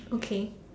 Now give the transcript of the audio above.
okay